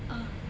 ah